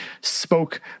spoke